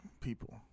people